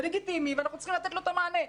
זה לגיטימי ואנחנו צריכים לתת לו את המענה.